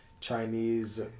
Chinese